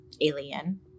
alien